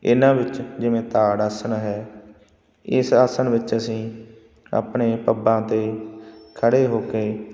ਇਹਨਾਂ ਵਿੱਚ ਜਿਵੇਂ ਤਾੜ ਆਸਣ ਹੈ ਇਸ ਆਸਣ ਵਿੱਚ ਅਸੀਂ ਆਪਣੇ ਪੱਬਾਂ 'ਤੇ ਖੜ੍ਹੇ ਹੋ ਕੇ